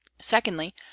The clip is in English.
secondly